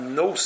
no